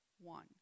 one